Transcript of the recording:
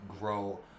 grow